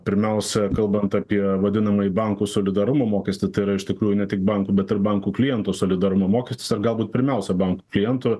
pirmiausia kalbant apie vadinamąjį bankų solidarumo mokestį tai yra iš tikrųjų ne tik bankų bet ir bankų klientų solidarumo mokestis ar galbūt pirmiausia bankų klientų